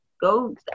go